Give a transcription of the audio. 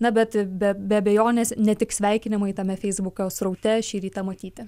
na bet be be abejonės ne tik sveikinimai tame feisbuko sraute šį rytą matyti